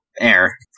air